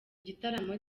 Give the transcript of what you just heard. gitabo